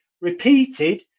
repeated